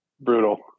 Brutal